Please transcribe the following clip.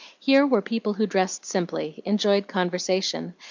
here were people who dressed simply, enjoyed conversation,